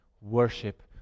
worship